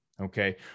Okay